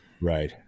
Right